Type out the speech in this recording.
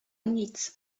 nic